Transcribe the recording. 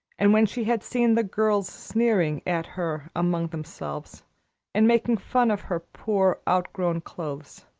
and when she had seen the girls sneering at her among themselves and making fun of her poor, outgrown clothes